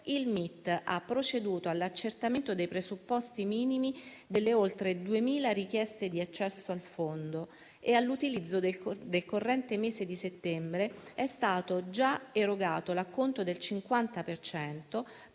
(MIT) ha proceduto all'accertamento dei presupposti minimi delle oltre 2.000 richieste di accesso al fondo e nel corrente mese di settembre è stato già erogato l'acconto del 50